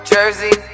Jersey